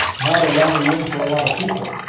not a lot of room for a lot of people.